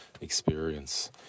experience